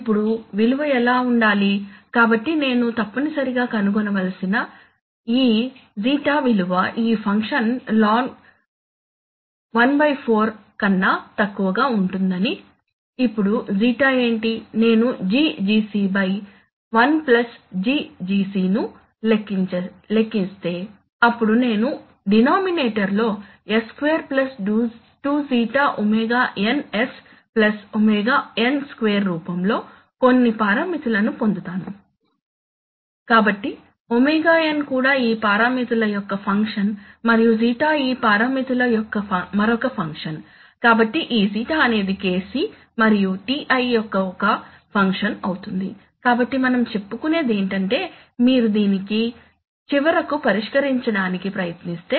ఇప్పుడు విలువ ఎలా ఉండాలి కాబట్టి నేను తప్పనిసరిగా కనుగొనవలసింది ఈ ζ విలువ ఈ ఫంక్షన్ ln 14 కన్నా తక్కువగా ఉంటుందని అని ఇప్పుడు ζ ఏంటి నేను GGc 1 GGc ను లెక్కించస్తే అప్పుడు నేను డినామినేటర్ లో S2 2ζ ωnS ωn2 రూపంలో కొన్ని పారామితులను పొందుతాను కాబట్టి ωn కూడా ఈ పారామితుల యొక్క ఫంక్షన్ మరియు ζ ఈ పారామితుల యొక్క మరొక ఫంక్షన్ కాబట్టి ఈ ζ అనేది Kc మరియు Ti యొక్క ఒక ఫంక్షన్ అవుతుంది కాబట్టి మనం చెప్పుకునేదేంటంటే మీరు దీనిని చివరకు పరిష్కరించడానికి ప్రయత్నిస్తే